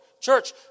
Church